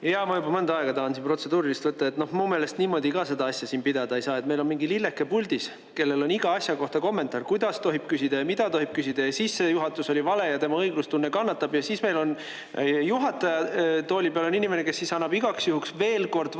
Jaa, ma juba mõnda aega tahan protseduurilist võtta. Mu meelest niimoodi ka seda [dispuuti] siin pidada ei saa, et meil on mingi lilleke puldis, kellel on iga asja kohta kommentaar, kuidas tohib küsida ja mida tohib küsida, ja et sissejuhatus oli vale ja tema õiglustunne kannatab, ja siis meil on juhataja tooli peal inimene, kes annab igaks juhuks võimaluse